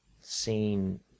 seen